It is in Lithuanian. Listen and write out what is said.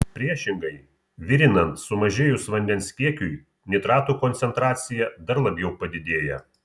priešingai virinant sumažėjus vandens kiekiui nitratų koncentracija dar labiau padidėja